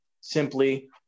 simply